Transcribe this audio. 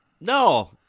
No